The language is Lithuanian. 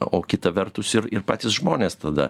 o kita vertus ir ir patys žmonės tada